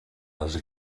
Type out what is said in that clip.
les